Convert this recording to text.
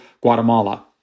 Guatemala